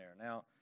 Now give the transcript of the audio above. Now